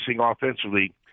offensively